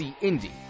Indy